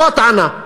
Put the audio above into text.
זו הטענה.